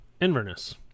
Inverness